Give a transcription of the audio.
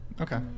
Okay